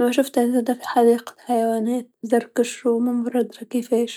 أما شفته زادا في حديقة الحيوانات زركش و ممرض يادرا كيفاش.